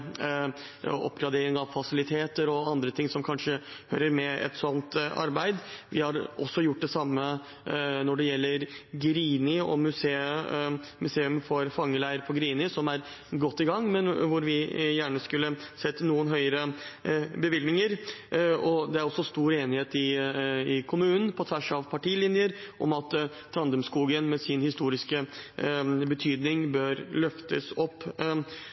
oppgradering av fasiliteter og andre ting som kanskje hører med i et sånt arbeid. Vi har gjort det samme når det gjelder Grini og museet for fangeleiren på Grini, som er godt i gang, men hvor vi gjerne skulle sett noe høyere bevilgninger. Det er også stor enighet i kommunen, på tvers av partilinjer, om at Trandumskogen med sin historiske betydning bør løftes opp.